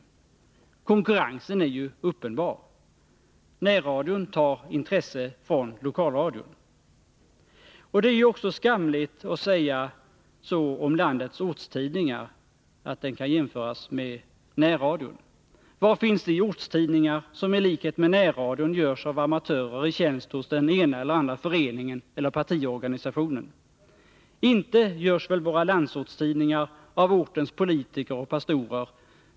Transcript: Men konkurrensen är uppenbar. Närradion tar intresse från lokalradion. Det är ju skamligt sagt om landets ortstidningar att de kan jämföras med närradion. Var finns de ortstidningar som i likhet med närradion görs av amatörer i tjänst hos den ena eller andra föreningen eller partiorganisationen? Inte görs väl våra landsortstidningar av ortens politiker och pastorer.